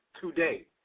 today